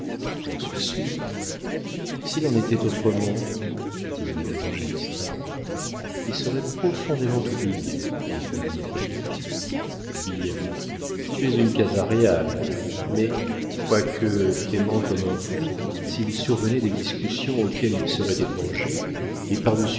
j'en suis sûre s'il en était autrement dit madame évangélista il serait profondément oublié répondit natalie bien tu es une casa réal mais quoique t'aimant comme un fou s'il survenait des discussions auxquelles il serait étranger et